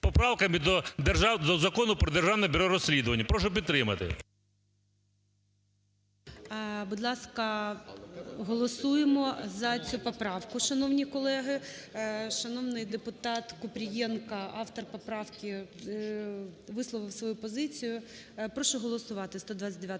поправками до Закону про Державне бюро розслідувань. Прошу підтримати. ГОЛОВУЮЧИЙ. Будь ласка, голосуємо за цю поправку, шановні колеги. Шановний депутата Купрієнко, автор поправки, висловив свою позицію. Прошу проголосувати. 129